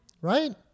Right